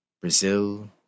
Brazil